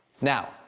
Now